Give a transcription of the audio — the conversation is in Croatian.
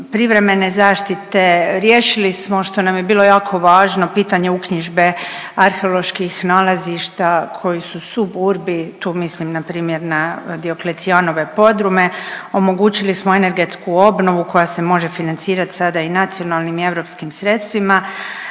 privremene zaštite, riješili smo što nam je bilo jako važno pitanje uknjižbe arheoloških nalazišta koji su suburbi tu mislim npr. na Dioklecijanove podrume. Omogućili smo energetsku obnovu koja se može financirati sada i nacionalnim i europskim sredstvima,